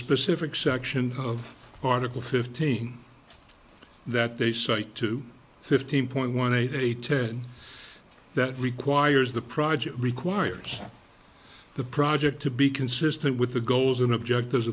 specific section of article fifteen that they cite to fifteen point one eight ten that requires the project requires the project to be consistent with the goals and objectives